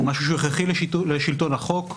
הוא משהו הכרחי לשלטון החוק,